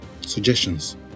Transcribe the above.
suggestions